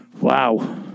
Wow